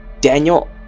Daniel